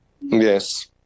Yes